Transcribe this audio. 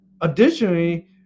Additionally